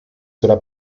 cela